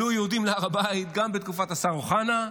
עלו יהודים להר הבית גם בתקופת השר אוחנה,